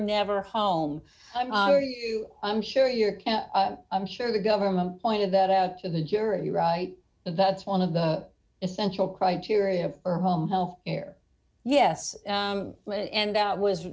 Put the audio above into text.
never home i'm sure you're i'm sure the government pointed that out to the jury right that's one of the essential criteria are home health care yes and that was